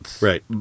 right